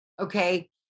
okay